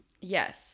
Yes